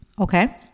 Okay